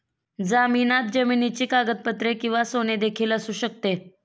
जामिनात जमिनीची कागदपत्रे किंवा सोने देखील असू शकते